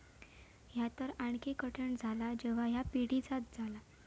ह्या तर आणखी कठीण झाला जेव्हा ह्या पिढीजात झाला